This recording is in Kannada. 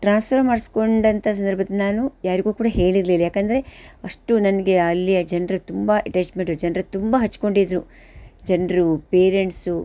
ಟ್ರಾನ್ಸ್ಫರ್ ಮಾಡ್ಸಿಕೊಂಡಂಥ ಸಂದರ್ಭದಲ್ಲಿ ನಾನು ಯಾರಿಗೂ ಕೂಡ ಹೇಳಿರ್ಲಿಲ್ಲ ಯಾಕೆಂದರೆ ಅಷ್ಟು ನನಗೆ ಅಲ್ಲಿಯ ಜನ್ರ ತುಂಬ ಅಟ್ಯಾಚ್ಮೆಂಟು ಜನರು ತುಂಬ ಹಚ್ಚಿಕೊಂಡಿದ್ರು ಜನರೂ ಪೇರೆಂಟ್ಸೂ